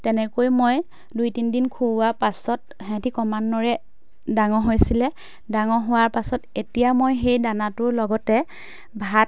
তেনেকৈ মই দুই তিনদিন খোওৱাৰ পাছত সিহঁতি ক্ৰমাণ্বয়ে ডাঙৰ হৈছিলে ডাঙৰ হোৱাৰ পাছত এতিয়া মই সেই দানাটোৰ লগতে ভাত